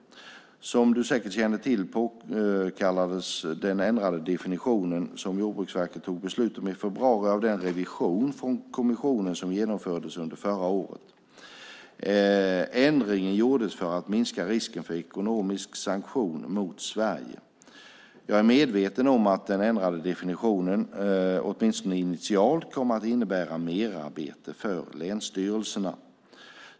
Som du säkert känner till påkallades den ändrade definitionen som Jordbruksverket tog beslut om i februari av den revision från kommissionen som genomfördes under förra året. Ändringen gjordes för att minska risken för ekonomisk sanktion mot Sverige. Jag är medveten om att den ändrade definitionen åtminstone initialt kommer att innebära merarbete för länsstyrelserna.